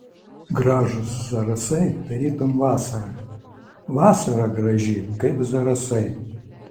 gražūs zarasai tarytum vasara vasara graži kaip zarasai